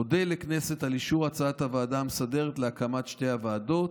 אודה לכנסת על אישור הצעת הוועדה המסדרת להקמת שתי הוועדות,